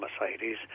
Mercedes